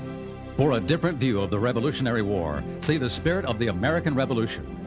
for a different view of the revolutionary war, see the spirit of the american revolution.